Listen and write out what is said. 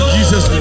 Jesus